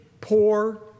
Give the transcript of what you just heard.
poor